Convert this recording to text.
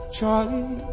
Charlie